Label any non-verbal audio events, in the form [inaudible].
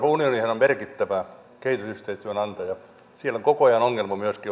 unionihan on on merkittävä kehitysyhteistyön antaja siellä oli koko ajan ongelmaa myöskin [unintelligible]